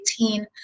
2018